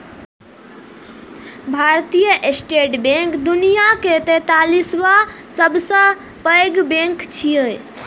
भारतीय state bank दुनियाक तैंतालिसवां सबसं पैघ बैंक छियै